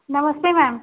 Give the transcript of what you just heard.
नमस्ते मैम